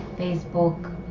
Facebook